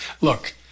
look